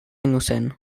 innocent